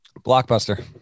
Blockbuster